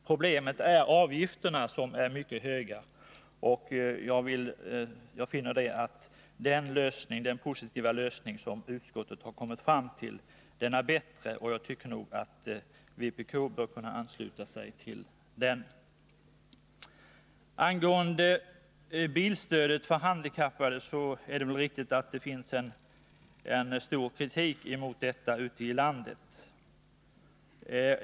Problemet är avgifterna, som är mycket höga. Jag finner att den positiva lösning utskottet kommit fram till är bättre än vpk:s förslag. Jag tycker alltså att vpk bör kunna ansluta sig till den. När det gäller bilstödet till handikappade är det riktigt att det har framförts en kraftig kritik mot detta ute i landet.